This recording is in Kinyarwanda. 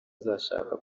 uzashaka